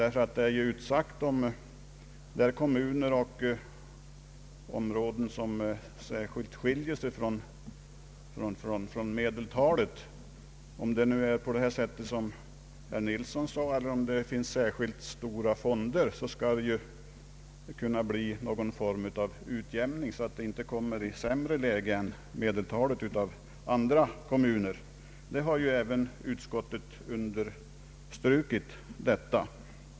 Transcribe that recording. Det har nämligen klart sagts ut att det kan bli fråga om någon form av utjämning för den händelse en kommun skulle ha sådana tillgångar i byggnader, fonder etc. att detta uppenbarligen skiljer sig från medeltalet för andra kommuner. Meningen är ju inte att en sådan kommun på något sätt skall komma i ett sämre läge än andra, vilket även utskottet har understrukit.